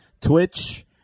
Twitch